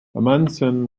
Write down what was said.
amundsen